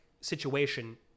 situation